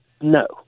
no